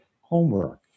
homework